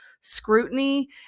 scrutiny